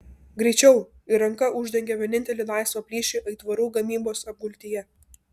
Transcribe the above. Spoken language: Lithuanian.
greičiau ir ranka uždengė vienintelį laisvą plyšį aitvarų gamyklos apgultyje